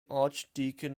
archdeacon